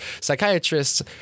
psychiatrists